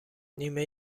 نیمه